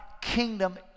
kingdom